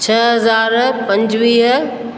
छह हज़ार पंजुवीह